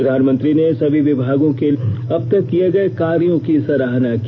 प्रधानमंत्री ने सभी विमागों के अब तक किए गए कार्यों की सराहना की